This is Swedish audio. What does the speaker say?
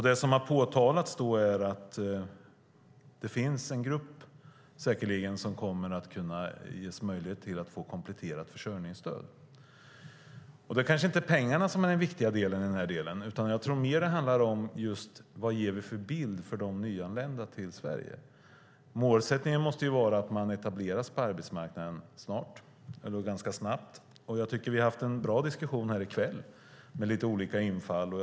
Det som har påtalats är att det finns en grupp som säkerligen kommer att kunna ges möjlighet att få kompletterat försörjningsstöd. Det kanske inte är pengarna som är den viktiga delen här utan jag tror mer att det handlar om vad vi ger för bild till de nyanlända i Sverige. Målsättningen måste ju vara att man etablerar sig på arbetsmarknaden ganska snabbt. Jag tycker att vi har haft en bra diskussion här i kväll med lite olika infallsvinklar.